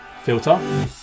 filter